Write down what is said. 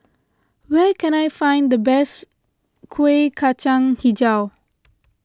where can I find the best Kueh Kacang HiJau